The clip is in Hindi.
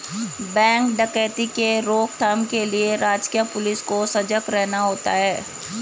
बैंक डकैती के रोक थाम के लिए राजकीय पुलिस को सजग रहना होता है